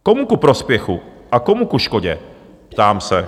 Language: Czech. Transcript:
Komu ku prospěchu a komu ku škodě? ptám se.